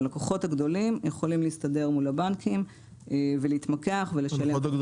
הלקוחות הגדולים יכולים להסתדר מול הבנקים ולהתמקח ולשלם פחות.